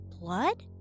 blood